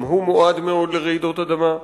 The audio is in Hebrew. גם הוא מועד מאוד לרעידות אדמה.